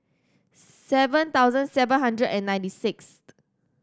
seven thousand seven hundred and ninety six